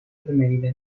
vermijden